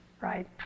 right